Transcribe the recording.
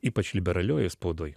ypač liberaliojoj spaudoj